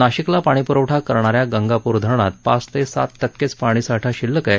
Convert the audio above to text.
नाशिकला पाणी प्रवठा करणाऱ्या गंगापूर धरणात पाच ते सात टक्केच पाणी साठा शिल्लक आहे